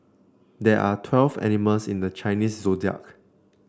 there are twelve animals in the Chinese Zodiac